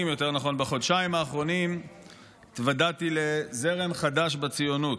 האחרונים התוודעתי לזרם חדש בציונות.